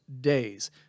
days